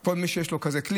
כל מי שיש לו כלי כזה,